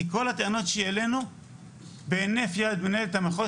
כי כל הטענות שהעלינו בהינף יד מנהלת המחוז